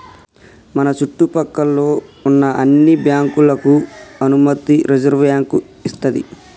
మన చుట్టు పక్కల్లో ఉన్న అన్ని బ్యాంకులకు అనుమతి రిజర్వుబ్యాంకు ఇస్తది